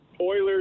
Oilers